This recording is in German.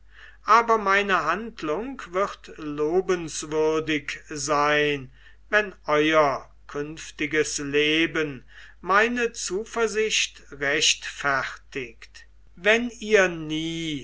aber meine handlung wird lobenswürdig sein wenn euer künftiges leben meine zuversicht rechtfertigt wenn ihr nie